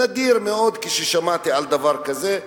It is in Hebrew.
נדיר מאוד, ששמעתי על דבר כזה.